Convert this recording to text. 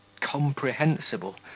comprehensible